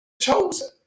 chosen